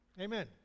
Amen